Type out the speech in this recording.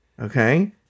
Okay